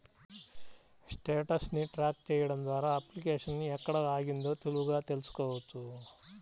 status ని track చెయ్యడం ద్వారా అప్లికేషన్ ఎక్కడ ఆగిందో సులువుగా తెల్సుకోవచ్చు